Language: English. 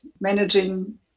managing